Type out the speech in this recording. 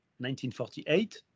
1948